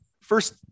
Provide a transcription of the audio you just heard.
first